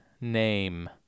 name